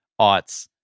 aughts